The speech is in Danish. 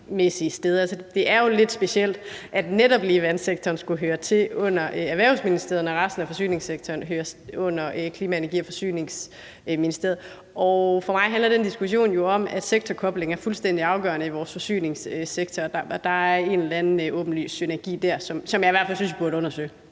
Det er jo lidt specielt, at netop lige vandsektoren skulle høre til under Erhvervsministeriet, når resten af forsyningssektoren hører under Klima-, Energi- og Forsyningsministeriet. Og for mig handler den diskussion jo om, at sektorkobling er fuldstændig afgørende i vores forsyningssektor; der er en eller anden åbenlys synergi der, som jeg i hvert fald synes vi burde undersøge.